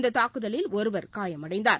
இந்ததாக்குதலில் ஒருவர் காயமடைந்தார்